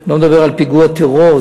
אני לא מדבר על פיגוע טרור,